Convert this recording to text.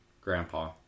Grandpa